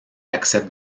accepte